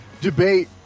debate